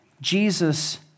Jesus